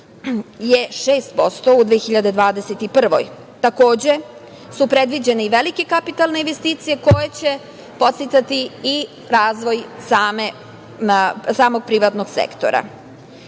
je 6% u 2021. godini. Takođe, predviđene i velike kapitalne investicije koje će podsticati i razvoj samog privatnog sektora. Budžet